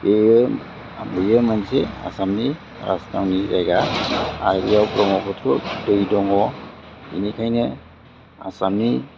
बेयो मोनसे आसामनि राजधानि जायगा आरो बेयाव ब्रह्मपुत्र' दै दङ बेनिखायनो आसामनि